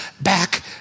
back